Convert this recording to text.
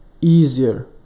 easier